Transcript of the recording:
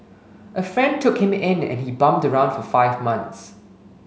a friend took him in and he bummed around for five months